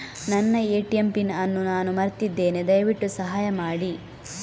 ನನ್ನ ATM PIN ಅನ್ನು ನಾನು ಮರ್ತಿದ್ಧೇನೆ, ದಯವಿಟ್ಟು ಸಹಾಯ ಮಾಡಿ